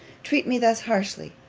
treat me thus harshly.